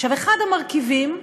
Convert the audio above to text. אחד המרכיבים,